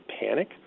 panic